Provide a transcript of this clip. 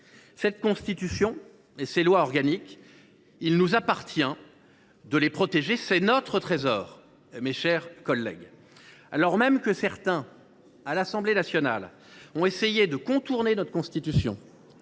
Cette Constitution et nos lois organiques, il nous appartient de les protéger ; c’est notre trésor, mes chers collègues. Très bien ! Alors même que certains, à l’Assemblée nationale, ont essayé de les contourner, notre bicamérisme